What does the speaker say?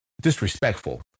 disrespectful